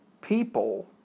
people